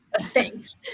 Thanks